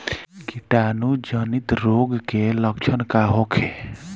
कीटाणु जनित रोग के लक्षण का होखे?